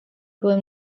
byłem